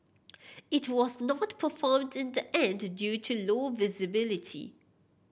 it was not performed in the end due to low visibility